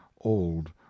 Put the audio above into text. old